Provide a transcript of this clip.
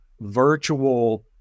virtual